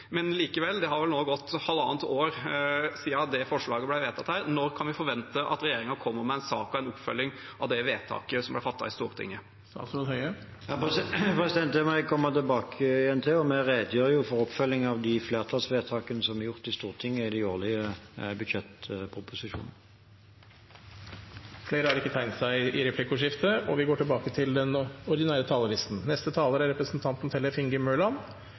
likevel, det har vel nå gått halvannet år siden det forslaget ble vedtatt her. Når kan vi forvente at regjeringen kommer med en sak og en oppfølging av det vedtaket som ble fattet i Stortinget? Det må jeg komme tilbake til. Vi redegjør jo for oppfølging av de flertallsvedtakene som er gjort i Stortinget, i de årlige budsjettproposisjonene. Replikkordskiftet er omme. De talere som heretter får ordet, har